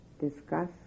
discuss